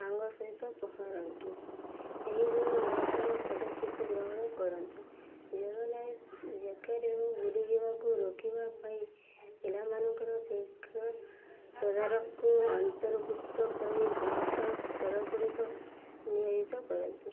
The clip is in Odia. ତାଙ୍କ ସହିତ ପହଁରନ୍ତୁ ଏହି ଜଳ ନିରାପଦ ପଦକ୍ଷେପ ଗ୍ରହଣ କରନ୍ତୁ ଜଳ ଲାଇ ଜ୍ୟାକେଟ ଏବଂ ବୁଡ଼ିଯିବାକୁ ରୋକିବା ପାଇଁ ପିଲାମାନଙ୍କର ତୀକ୍ଷ୍ନ ତଦାରଖକୁ ଅନ୍ତର୍ଭୁକ୍ତ କରି ସଂରକ୍ଷଣ ସ୍ଥଳ ଗୁଡ଼ିକ ନିୟୋଜିତ କରନ୍ତୁ